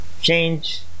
change